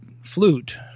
flute